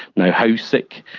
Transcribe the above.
now, how sick,